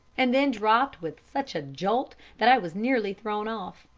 and then dropped with such a jolt that i was nearly thrown off,